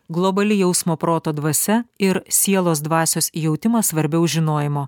globali jausmo proto dvasia ir sielos dvasios jautimas svarbiau žinojimo